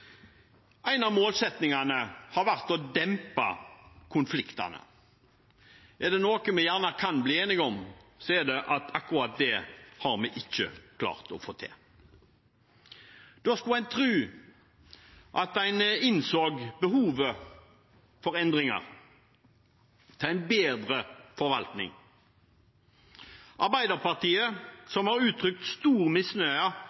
En av målsettingene har vært å dempe konfliktene. Er det noe vi gjerne kan bli enige om, så er det at akkurat det har vi ikke klart å få til. Da skulle en tro at en innså behovet for endringer, til en bedre forvaltning. Arbeiderpartiet,